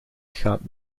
gaat